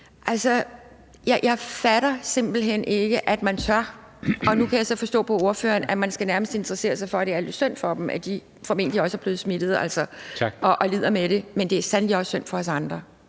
Altså, jeg fatter simpelt hen ikke, at man tør, og nu kan jeg så forstå på ordføreren, at man nærmest skal synes, at det er lidt synd for dem, at de formentlig også er blevet smittet og lider med det. Men det er sandelig også synd for os andre.